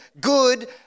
good